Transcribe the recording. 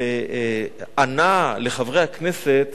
ענה לחברי הכנסת